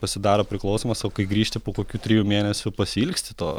pasidaro priklausomas o kai grįžti po kokių trijų mėnesių pasiilgsti to